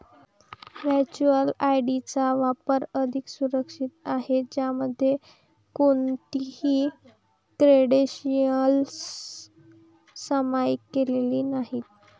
virtual ID चा वापर अधिक सुरक्षित आहे, ज्यामध्ये कोणतीही क्रेडेन्शियल्स सामायिक केलेली नाहीत